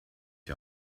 die